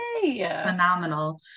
phenomenal